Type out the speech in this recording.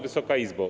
Wysoka Izbo!